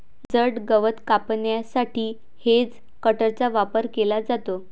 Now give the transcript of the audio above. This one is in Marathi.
जड गवत कापण्यासाठी हेजकटरचा वापर केला जातो